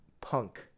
Punk